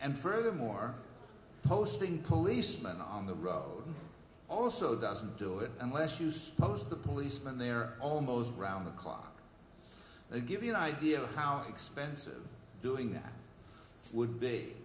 and furthermore posting policeman on the road also doesn't do it unless you use the policeman they are almost around the clock they give you an idea of how expensive doing it would be